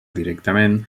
directament